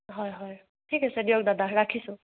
হয় হয় ঠিক আছে দিয়ক দাদা ৰাখিছোঁ